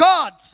God